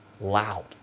loud